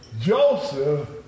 Joseph